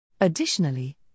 Additionally